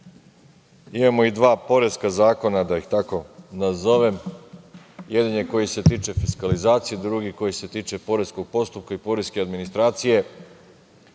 imamo i dva poreska zakona, da ih tako nazovem. Jedan je koji se tiče fiskalizacije, a drugi koji se tiče poreskog postupka i poreske administracije.